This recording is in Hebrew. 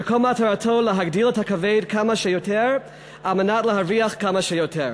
שכל מטרתו להגדיל את הכבד כמה שיותר על מנת להרוויח כמה שיותר.